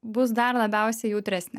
bus dar labiausiai jautresnė